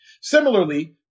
Similarly